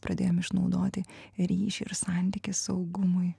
pradėjom išnaudoti ryšį ir santykį saugumui